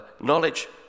knowledge